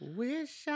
wish